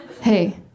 hey